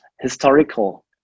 historical